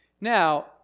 Now